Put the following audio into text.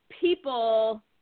people